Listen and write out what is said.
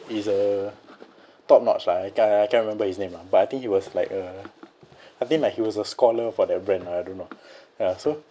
is a top notch lah I can't I can't remember his name lah but I think he was like a I think like he was a scholar for that brand lah I don't know ya so